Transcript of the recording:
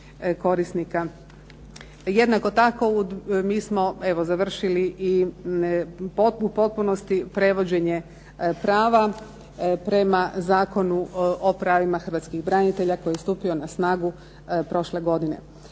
korisnika. Jednako tako mi smo evo, završili i u potpunosti prevođenje prava prema Zakonu o pravima hrvatskih branitelja koji je stupio na snagu prošle godine.